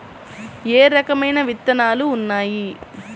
ఏ రకమైన విత్తనాలు ఉన్నాయి?